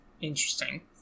Interesting